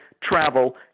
travel